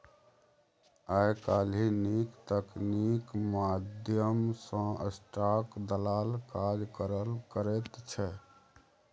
आय काल्हि नीक तकनीकीक माध्यम सँ स्टाक दलाल काज करल करैत छै